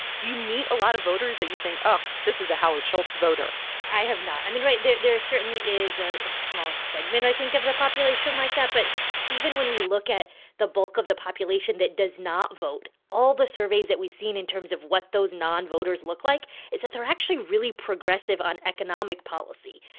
do you meet a lot of voters that you think, oh, this is a howard schultz voter? i have not. i mean right? there certainly is ah a small segment, i think, of the population like that. but even when we look at the bulk of the population that does not vote, all the surveys that we've seen in terms of what those nonvoters look like is that they're actually really progressive on economic policy.